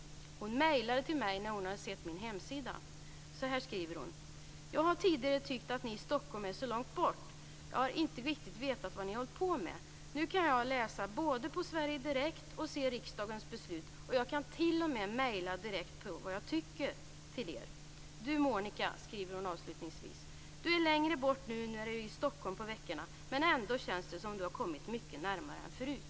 Hon skickade ett mail till mig när hon hade sett min hemsida. Så här skriver hon: "Jag har tidigare tyckt att ni i Stockholm är så långt bort, jag har inte riktigt vetat vad ni håller på med. Nu kan jag både läsa på Sverige direkt och se riksdagens beslut och jag kan till och med maila till er direkt vad jag tycker. Du Monica," skriver hon avslutningsvis "du är längre bort nu när du är i Stockholm på veckorna men ändå känns det som om du är mycket närmare än förut."